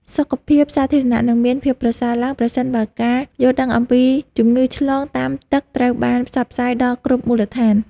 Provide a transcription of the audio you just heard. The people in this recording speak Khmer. សុខភាពសាធារណៈនឹងមានភាពប្រសើរឡើងប្រសិនបើការយល់ដឹងអំពីជំងឺឆ្លងតាមទឹកត្រូវបានផ្សព្វផ្សាយដល់គ្រប់មូលដ្ឋាន។